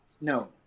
No